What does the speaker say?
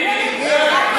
מי זה?